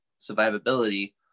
survivability